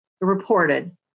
reported